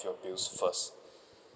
your bills first